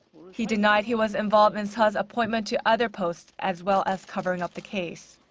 he denied he was involved in seo's appointment to other posts as well as covering up the case.